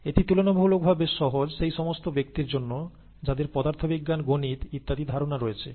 এটি তুলনামূলক ভাবে সহজ সেই সমস্ত ব্যক্তির জন্য যাদের পদার্থবিজ্ঞান গণিত ইত্যাদি ধারণা রয়েছে